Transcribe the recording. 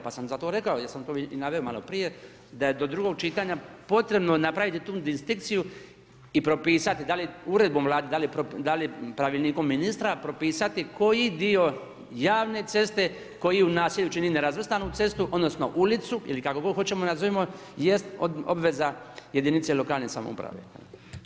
Pa sam zato rekao, jer sam to i naveo i maloprije, da je do drugog čitanja, potrebno napraviti tu distinkciju i propisati, da li uredbom Vlade, da li pravilnikom ministra propisati koji dio javne ceste, koji u naselju čini nerazvrstanu cestu, odnosno, ulicu ili kako god hoćemo, nazovemo, jest obveza jedinica lokalne samouprave.